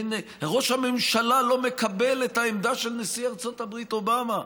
ראש הממשלה לא מקבל את העמדה של נשיא ארצות הברית אובמה,